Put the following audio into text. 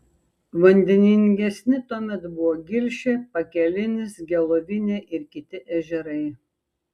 vandeningesni tuomet buvo gilšė pakelinis gelovinė ir kiti ežerai